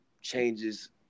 changes